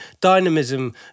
dynamism